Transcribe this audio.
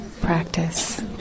practice